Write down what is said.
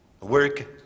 Work